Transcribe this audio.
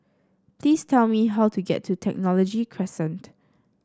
please tell me how to get to Technology Crescent